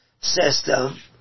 system